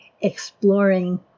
exploring